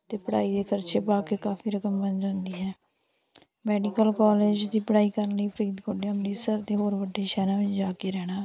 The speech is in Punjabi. ਅਤੇ ਪੜ੍ਹਾਈ ਦੇ ਖਰਚੇ ਪਾ ਕੇ ਕਾਫੀ ਰਕਮ ਬਣ ਜਾਂਦੀ ਹੈ ਮੈਡੀਕਲ ਕਾਲਜ ਦੀ ਪੜ੍ਹਾਈ ਕਰਨ ਲਈ ਫਰੀਦਕੋਟ ਅਤੇ ਅੰਮ੍ਰਿਤਸਰ ਅਤੇ ਹੋਰ ਵੱਡੇ ਸ਼ਹਿਰਾਂ ਵਿੱਚ ਜਾ ਕੇ ਰਹਿਣਾ